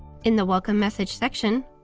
in the welcome message section,